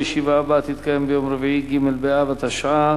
הישיבה הבאה תתקיים ביום רביעי, ג' באב התשע"א,